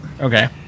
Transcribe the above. Okay